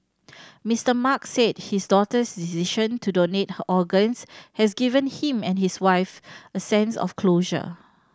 Mister Mark said his daughter's decision to donate her organs has given him and his wife a sense of closure